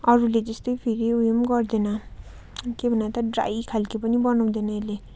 अरूले जस्तो फेरि उयो पनि गर्देन के भन त ड्राई खाले पनि बनाउँदेन अहिले